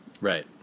Right